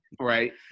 right